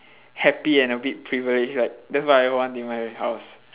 happy and a bit privileged like that's what I want in my house